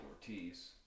Ortiz